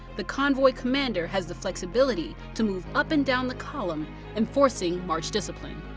the convoy commander has the flexibility to move up and down the column enforcing march discipline.